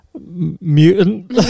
mutant